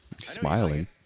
smiling